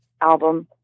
album